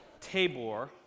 Tabor